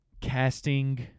casting